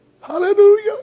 Hallelujah